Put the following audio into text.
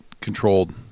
controlled